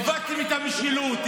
איבדתם את המשילות.